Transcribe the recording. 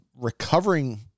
recovering